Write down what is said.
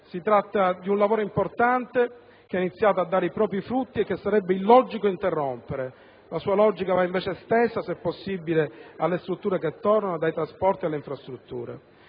Si tratta di un lavoro importante che ha iniziato a dare i propri frutti e che sarebbe illogico interrompere. La sua logica va invece estesa, se possibile, alle strutture che tornano, dai trasporti alle infrastrutture.